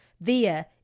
via